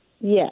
Yes